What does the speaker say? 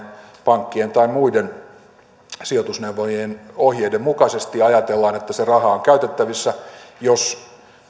pankkien tai muiden sijoitusneuvojien ohjeiden mukaisesti ja ajatellaan että se raha on käytettävissä jos